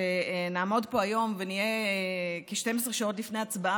שנעמוד פה היום ונהיה כ-12 שעות לפני הצבעה